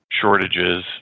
shortages